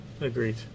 agreed